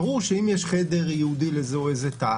ברור שאם יש חדר ייעודי זה שימושי,